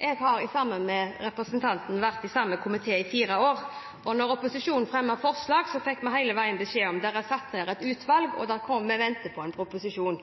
Jeg var i samme komité som representanten Grande i fire år, og når opposisjonen fremmet forslag, fikk vi hele tida beskjed om at det var satt ned et utvalg, og at man ventet på en proposisjon.